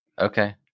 Okay